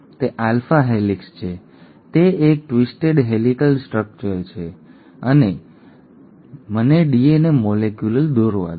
તે alpha helix છે તે એક ટ્વિસ્ટેડ હેલિકલ સ્ટ્રક્ચર છે અને તો મને ડીએનએ મોલેક્યુલ દોરવા દો